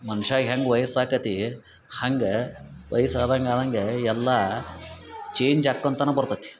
ಮನುಷ್ಯ ಹೆಂಗೆ ವಯಸ್ಸು ಆಕತಿ ಹಂಗೆ ವಯಸ್ಸು ಆದಂಗೆ ಆದಂಗೆ ಎಲ್ಲ ಚೇಂಜ್ ಆಕ್ಕೊತನ ಬರ್ತತಿ